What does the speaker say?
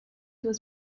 was